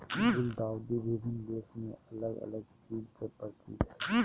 गुलदाउदी विभिन्न देश में अलग अलग चीज के प्रतीक हइ